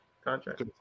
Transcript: Contract